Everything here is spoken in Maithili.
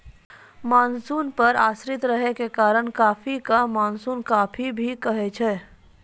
मानसून पर आश्रित रहै के कारण कॉफी कॅ मानसूनी कॉफी भी कहै छै